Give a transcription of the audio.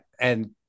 And-